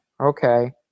okay